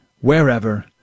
wherever